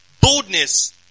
boldness